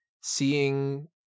seeing